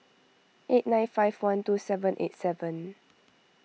eight nine five one two seven eight seven